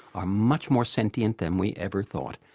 are much more sentient than we ever thought.